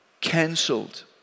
cancelled